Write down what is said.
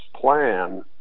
plan